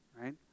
right